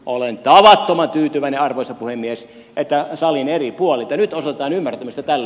olen tavattoman tyytyväinen arvoisa puhemies että salin eri puolilta nyt osoitetaan ymmärtämystä tälle